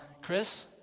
Chris